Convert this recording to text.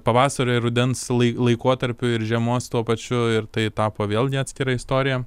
pavasario ir rudens lai laikotarpiu ir žiemos tuo pačiu ir tai tapo vėlgi atskira istorija